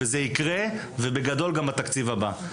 וזה יקרה בגדול גם בתקציב הבא.